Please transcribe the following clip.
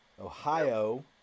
Ohio